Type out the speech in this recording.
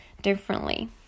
differently